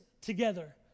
together